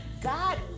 God